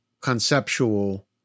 conceptual